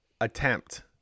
attempt